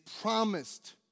promised